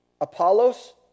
Apollos